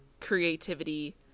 creativity